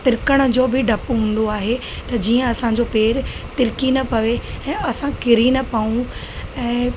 तिरकण जो बि डप हूंदो आहे त जीअं असांजो पेर तिरिकी न पवे ऐं असां किरी न पयूं ऐं